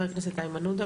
ח"כ איימן עודה,